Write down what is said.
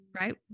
right